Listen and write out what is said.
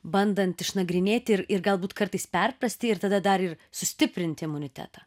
bandant išnagrinėti ir ir galbūt kartais perprasti ir tada dar ir sustiprinti imunitetą